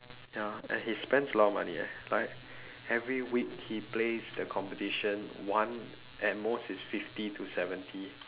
ya and he spends a lot money eh like every week he plays the competition one at most is fifty to seventy